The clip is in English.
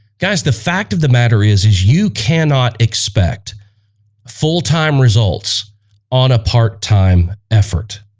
guys, the fact of the matter is is you cannot expect full-time results on a part-time effort